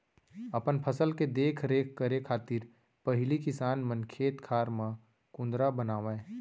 अपन फसल के देख रेख करे खातिर पहिली किसान मन खेत खार म कुंदरा बनावय